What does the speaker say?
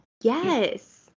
yes